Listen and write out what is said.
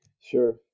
Sure